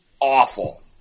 awful